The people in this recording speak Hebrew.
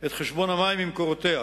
את חשבון המים ממקורותיה.